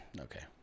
okay